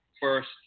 first –